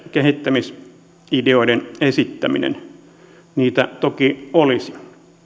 kehittämisideoiden esittäminen niitä toki olisi